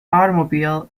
automobile